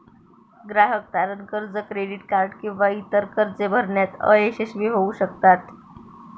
ग्राहक तारण कर्ज, क्रेडिट कार्ड किंवा इतर कर्जे भरण्यात अयशस्वी होऊ शकतात